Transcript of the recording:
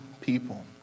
people